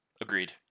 Agreed